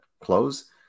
close